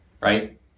right